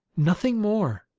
nothing more.